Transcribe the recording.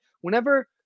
Whenever